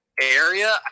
area